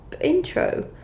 intro